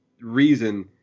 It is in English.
reason